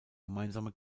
gemeinsame